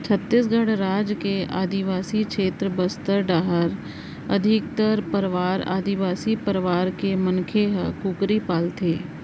छत्तीसगढ़ राज के आदिवासी छेत्र बस्तर डाहर अधिकतर परवार आदिवासी परवार के मनखे ह कुकरी पालथें